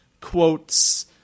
quotes